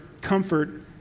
comfort